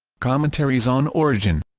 commentaries on origin